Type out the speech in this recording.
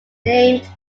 aimed